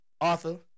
author